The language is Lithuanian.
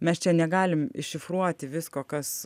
mes čia negalim iššifruoti visko kas